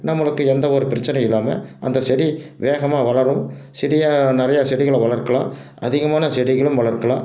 நம்மளுக்கு எந்த ஒரு பிரச்சினையும் இல்லாமல் அந்த செடி வேகமாக வளரும் செடியாக நிறையா செடிகளை வளர்க்கலாம் அதிகமான செடிகளும் வளர்க்கலாம்